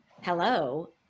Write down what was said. hello